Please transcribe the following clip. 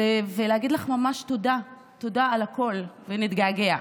ולהגיד לך ממש תודה, תודה על הכול, ונתגעגע.